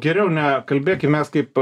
geriau nekalbėkim mes kaip